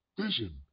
vision